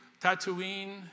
Tatooine